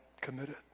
committed